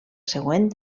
següent